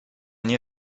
nie